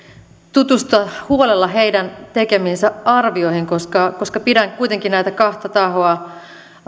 tutustua huolella heidän tekemiinsä arvioihin koska koska pidän kuitenkin näitä kahta tahoa